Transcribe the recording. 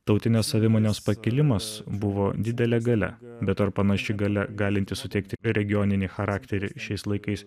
tautinės savimonės pakilimas buvo didelė galia bet ar panaši galia galinti suteikti regioninį charakterį šiais laikais